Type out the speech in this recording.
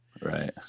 Right